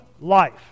life